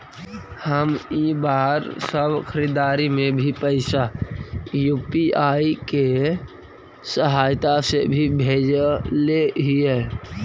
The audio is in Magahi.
हम इ बार सब खरीदारी में भी पैसा यू.पी.आई के सहायता से ही भेजले हिय